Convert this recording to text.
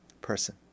person